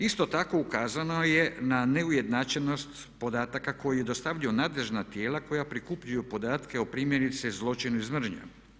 Isto tako ukazano je na neujednačenost podataka koji dostavljaju nadležna tijela koja prikupljaju podatke o primjerice zločinu iz mržnje.